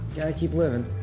gotta keep living.